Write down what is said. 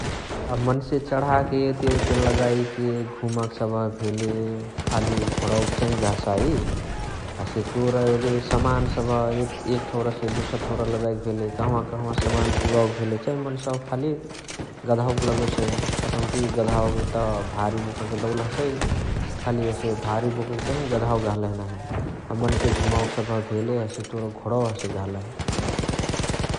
अ मन्से चण्हाके एते ओते लजाए घुमेक सबह भेले खाली घोणवके चाही गहसाइ । हसे तोर एबे समान सबह एक ठाउँरासे दोसर ठाउँरा लजाएके भेले कहवा कहवा समान पुगावके भेले चै मन्सावा खाली गदहावके लगोसइ । कतौकी गदहावत भारी बोकके डौल हसइ । खाले हसे भारी बोकके तहिय गदहावा गहलही नाही । अ मन्से सबह घुमावके भेले तोर घोणवा गहलही नाही ।